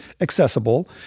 accessible